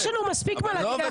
באריכות.